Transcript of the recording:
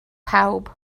pawb